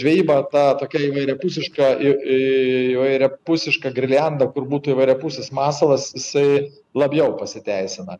žvejyba ta tokia įvairiapusiška į įvairiapusiška girliandom kur būtų įvairiapusis masalas jisai labiau pasiteisina